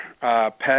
pet